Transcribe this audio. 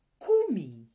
kumi